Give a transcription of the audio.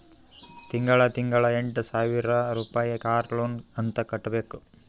ತಿಂಗಳಾ ತಿಂಗಳಾ ಎಂಟ ಸಾವಿರ್ ರುಪಾಯಿ ಕಾರ್ ಲೋನ್ ಅಂತ್ ಕಟ್ಬೇಕ್